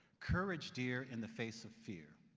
courage dear in the face of fear